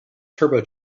turbo